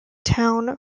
town